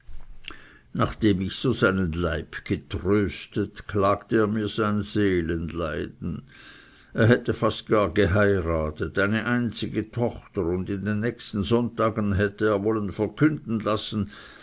nachdem ich so seinen leib getröstet klagte er mir sein seelenleiden er hätte fast gar geheiratet eine einzige tochter und in den nächsten sonntagen hätte er wollen verkünden lassen